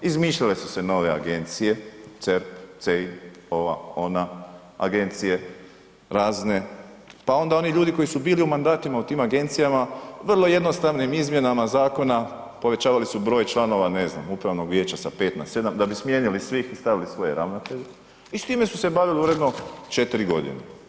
Izmišljale su nove agencije, CERP, CEI, ova ona, agencije razne, pa onda oni ljudi koji su bili u mandatima u tima agencijama vrlo jednostavnim izmjenama zakona povećavali su broj članova, ne znam upravnog vijeća sa 5 na 7, da bi smijenili svih i stavili svoje ravnatelje i s time su se bavili uredno 4 godine.